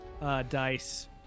dice